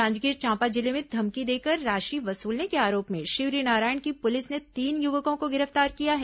जांजगीर चांपा जिले में धमकी देकर राशि वसूलने के आरोप में शिवरीनारायण की पुलिस ने तीन युवकों को गिरफ्तार किया है